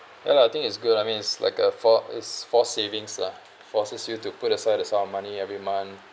ya lah I think it's good I mean it's like a for~ us force savings lah forces you to put aside a sum of money every month